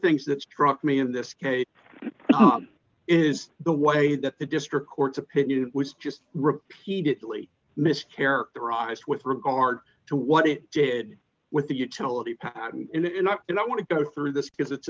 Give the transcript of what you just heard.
things that struck me in this case is the way that the district court's opinion was just repeatedly missed characterized with regard to what it did with the utility and i and i want to go through this because it's